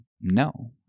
No